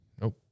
Nope